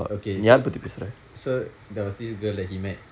okay so so there was this girl that he met